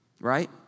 right